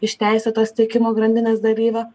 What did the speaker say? iš teisėtos tiekimo grandinės dalyvio